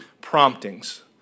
Promptings